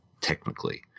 technically